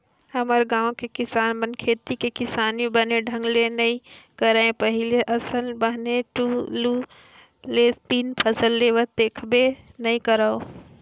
हमर गाँव के किसान मन खेती किसानी बने ढंग ले नइ करय पहिली असन बने दू ले तीन फसल लेवत देखबे नइ करव